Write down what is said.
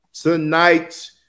Tonight